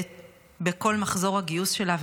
ובכל מחזור הגיוס שלה,